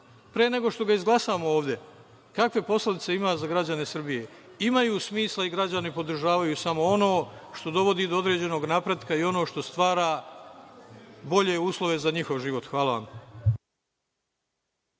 pre nego što ga izglasamo ovde, kakve posledice ima za građane Srbije, imaju smisla i građani podržavaju samo ono što dovodi do određenog napretka i ono što stvara bolje uslove za njihov život. Hvala vam.